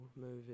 movie